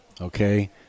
okay